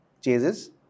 chases